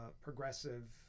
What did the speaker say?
progressive